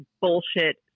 bullshit